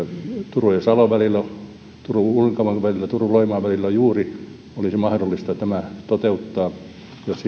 turun ja salon välillä turun ja uudenkaupungin välillä turun ja loimaan välillä juuri olisi mahdollista tämä toteuttaa jos